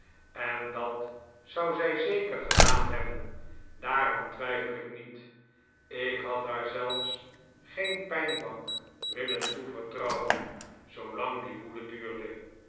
en dat zou zij zeker gedaan hebben daaraan twijfel ik niet ik had haar zelfs geen pijnbank willen toevertrouwen zoolang die woede duurde